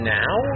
now